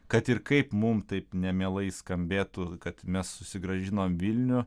kad ir kaip mums taip nemielai skambėtų kad mes susigrąžinom vilnių